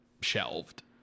shelved